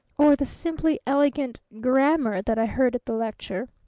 or the simply elegant grammar that i heard at the lecture?